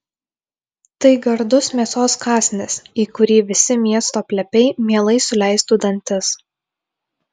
tai gardus mėsos kąsnis į kurį visi miesto plepiai mielai suleistų dantis